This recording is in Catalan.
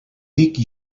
dic